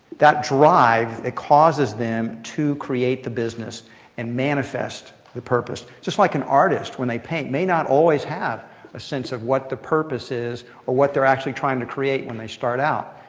that drive that causes them to create the business and manifest the purpose. just like an artist, when they paint, may not always have a sense of what the purpose is or what they're actually trying to create when they start out,